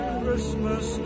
Christmas